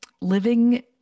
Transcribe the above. living